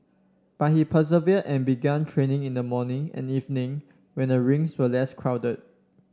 but he persevered and began training in the morning and evening when the rinks were less crowded